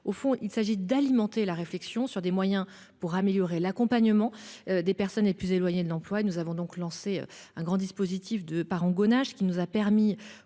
Il s'agit d'alimenter la réflexion afin d'améliorer l'accompagnement des personnes les plus éloignées de l'emploi. Nous avons donc lancé un grand dispositif de parangonnage : cet exercice